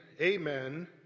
amen